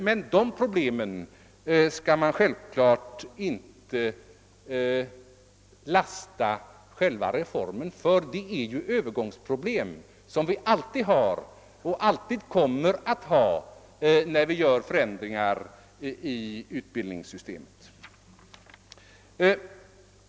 Men de problemen skall man naturligtvis inte lasta själva reformen för — det är övergångsproblem som vi alltid har och alltid kommer att få när vi gör förändringar i utbildningssystemet.